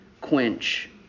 quench